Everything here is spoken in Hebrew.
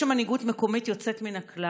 יש שם מנהיגות מקומיות יוצאת מן הכלל.